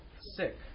sick